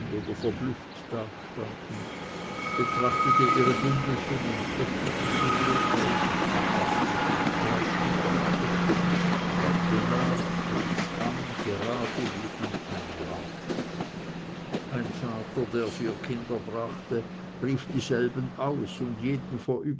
verblüfft dastanden betrachtete ihre bündelchen und öffnete sie wohl auch und betastete die kleidchen stück für stück fragte nach pries an gerade wie an einem markt ein vater der vier kinder brachte rief dieselben aus und